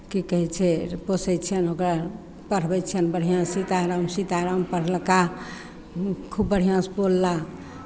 की कहै छै पोसै छियनि ओकरा पढ़बै छियनि बढ़िआँ सीताराम सीताराम पढ़लका खूब बढ़िआँसँ बोलला